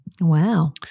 Wow